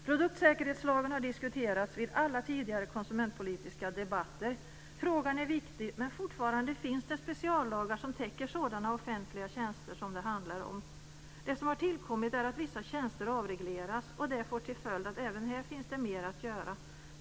Produktsäkerhetslagen har diskuterats vid alla tidigare konsumentpolitiska debatter. Frågan är viktig, men fortfarande finns det speciallagar som täcker sådana offentliga tjänster som det handlar om. Det som har tillkommit är att vissa tjänster avreglerats, och det får till följd att även här finns det mer att göra.